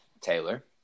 Taylor